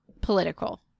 political